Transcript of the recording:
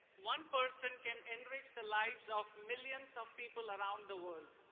one person can enrich the lives of millions of people around the world.